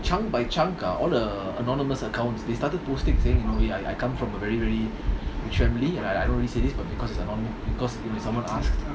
chunk by chunk ah all the anonymous accounts they started posting saying you know I I come from a very very rich family and I don't really say this but because it's ano~ because you know someone asked